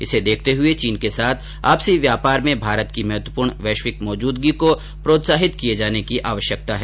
इसे देखते हुए चीन के साथ आपसी व्यापार में भारत की महत्वपूर्ण वैश्विक मौजूदगी को प्रोत्साहित किए जाने की आवश्यकता है